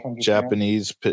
japanese